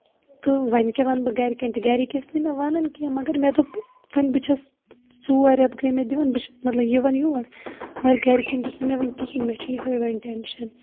تہٕ وۄنۍ کیاہ وَنہٕ بہٕ گرِکٮ۪ن تہِ گرِکۍ ٲسۍ نہٕ مےٚ وَنان کیٚنہہ مَگر مےٚ دوٚپ وۄنۍ بہٕ چھَس ژور رٮ۪تھ گٔے مےٚ دِوان مطلب بہٕ چھَس یِوان یور مَگر گرِکٮ۪ن دیُت نہٕ مےٚ وُنہِ کِہینۍ مےٚ چھُ یِہوے وۄنۍ ٹینشن